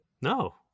No